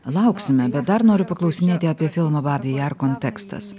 lauksime bet dar noriu paklausinėti apie filmo babi jar kontekstas